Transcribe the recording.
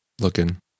looking